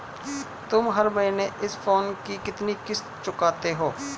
तुम हर महीने इस फोन की कितनी किश्त चुकाते हो?